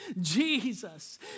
Jesus